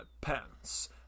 pants